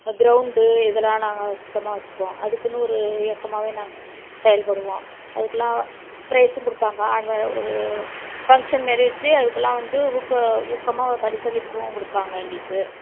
இந்த க்ரௌண்ட்டு இதெல்லாம் நாங்கள் சுத்தமாக வச்சுப்போம் அதுக்குன்னு ஒரு இயக்கமாகவே நாங்கள் செயல்படுவோம் அதுக்கெலாம் ப்ரைஸும் கொடுப்பாங்க அன்வ ஒரு ஃபங்க்ஷன் மாதிரி வச்சு அதுக்கெலாம் வந்து ஊக்க ஊக்கமாக பரிசளிப்பும் கொடுப்பாங்க எங்களுக்கு